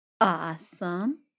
Awesome